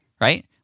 right